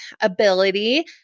ability